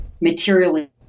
materially